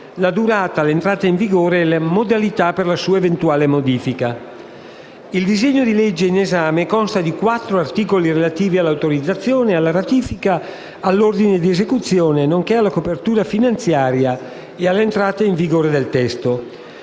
la durata, l'entrata in vigore e le modalità per la sua eventuale modifica. II disegno di legge consta di quattro articoli relativi all'autorizzazione, alla ratifica, all'ordine di esecuzione, alla copertura finanziaria e all'entrata in vigore del testo.